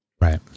Right